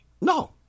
No